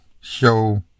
show